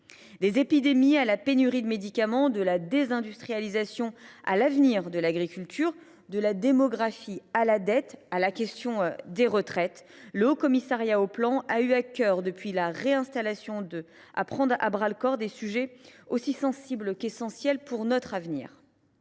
Des épidémies à la pénurie de médicaments, de la désindustrialisation à l’avenir de l’agriculture, de la démographie à la dette et à la question des retraites, le Haut Commissariat au plan a eu à cœur depuis sa réinstallation de prendre à bras le corps des sujets aussi sensibles qu’essentiels pour notre avenir,